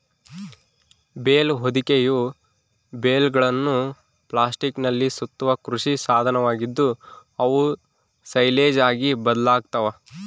bale ಹೊದಿಕೆಯು ಬೇಲ್ಗಳನ್ನು ಪ್ಲಾಸ್ಟಿಕ್ನಲ್ಲಿ ಸುತ್ತುವ ಕೃಷಿ ಸಾಧನವಾಗಿದ್ದು, ಅವು ಸೈಲೇಜ್ ಆಗಿ ಬದಲಾಗ್ತವ